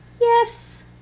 Yes